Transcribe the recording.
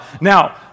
Now